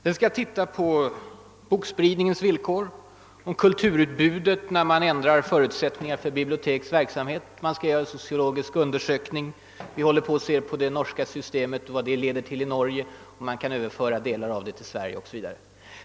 Den skall studera bokspridningens villkor, kulturutbudet när förutsättningarna för bibliotekens verksamhet ändras, den skall göra sociologiska undersökningar, och vi utreder om delar av det norska systemet kan överföras till Sverige.